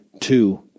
two